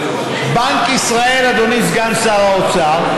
בנק ישראל, אדוני סגן שר האוצר,